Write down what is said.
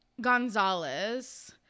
Gonzalez